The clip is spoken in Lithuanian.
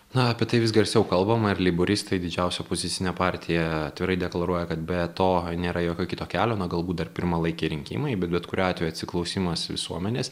na apie tai vis garsiau kalbama ir leiboristai didžiausia opozicinė partija atvirai deklaruoja kad be to nėra jokio kito kelio na galbūt dar pirmalaikiai rinkimai bet bet kuriuo atveju atsiklausimas visuomenės